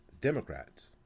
Democrats